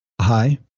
Hi